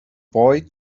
boy